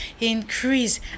Increase